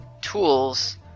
tools